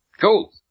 Cool